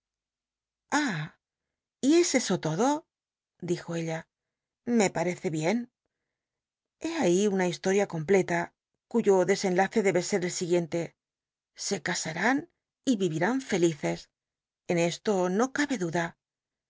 y es eso todo dijo ella me parece bien lié ahí una historia completa cuyo desenlace debe ser el siguiente se casanin y iir in felices en esto no cabe duda